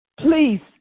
please